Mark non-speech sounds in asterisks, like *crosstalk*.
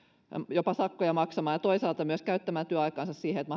jopa sakkoja maksamaan ja toisaalta myös käyttämään työaikaansa siihen että *unintelligible*